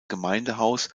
gemeindehaus